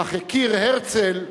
כך הכיר הרצל,